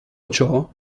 ciò